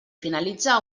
finalitza